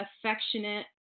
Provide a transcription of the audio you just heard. affectionate